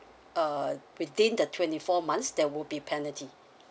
uh within the twenty four months there would be penalty